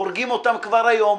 הורגים אותם כבר היום.